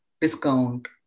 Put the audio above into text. discount